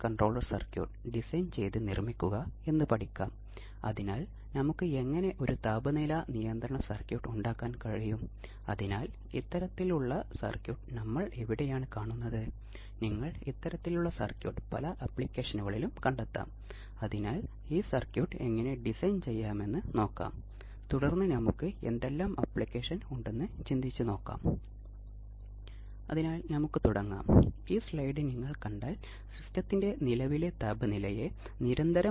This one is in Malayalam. ഇപ്പോൾ ഈ മൊഡ്യൂളിൽ ഓസിലേറ്ററുകളെ എങ്ങനെ തരംതിരിക്കാമെന്ന് നോക്കാം അതിനാൽ നമ്മൾ സ്ക്രീനിൽ തിരിച്ചെത്തിയാൽ നമ്മൾക്ക് കാണാൻ കഴിയുന്നത് ഔട്ട്പുട്ട് തരംഗരൂപത്തിന്റെ സ്വഭാവം ഉപയോഗിച്ച പാരാമീറ്ററുകൾ ആവൃത്തിയുടെ പരിധി മുതലായവയെ അടിസ്ഥാനമാക്കി ഓസിലേറ്ററിനെ തരംതിരിക്കാം